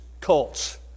cults